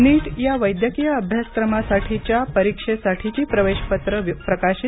नीट या वैद्यकीय अभ्यासक्रमासाठीच्या परीक्षेसाठीची प्रवेशपत्रं प्रकाशित